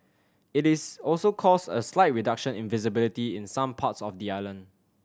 it is also caused a slight reduction in visibility in some parts of the island